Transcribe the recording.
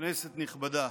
כנסת נכבדה,